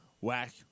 whack